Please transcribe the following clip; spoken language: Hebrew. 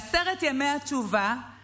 בעשרת ימי התשובה,